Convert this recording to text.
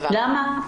למה?